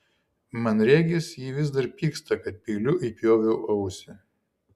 man regis ji vis dar pyksta kad peiliu įpjoviau ausį